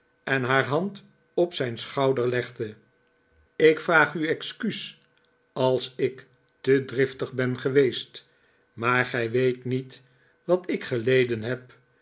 en haar hand op zijn schouder legde ik vraag u excuus als ik te driftig ben geweest maar gij weet niet wat ik geleden heb